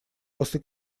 после